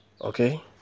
Okay